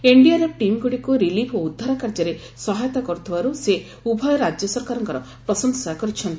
NDRF ଟିମ୍ଗୁଡ଼ିକୁ relief ଓ ଉଦ୍ଧାର କାର୍ଯ୍ୟରେ ସହାୟତା କରୁଥିବାରୁ ସେ ଉଭୟ ରାଜ୍ୟ ସରକାରଙ୍କର ପ୍ରଶଂସା କରିଛନ୍ତି